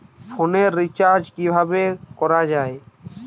ফোনের রিচার্জ কিভাবে করা যায়?